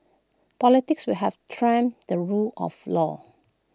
politics will have trumped the rule of law